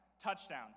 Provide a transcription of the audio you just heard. touchdown